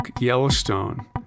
Yellowstone